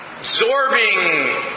absorbing